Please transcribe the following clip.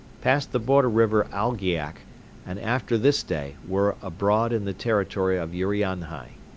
passed the border river algiak and, after this day, were abroad in the territory of urianhai.